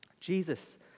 Jesus